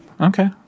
Okay